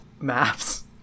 maps